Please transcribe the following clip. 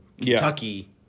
Kentucky